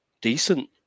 decent